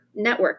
networking